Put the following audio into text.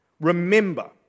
Remember